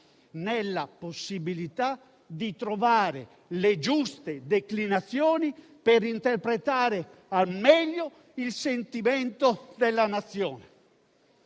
Ostellari, di trovare le giuste declinazioni per interpretare al meglio il sentimento della Nazione.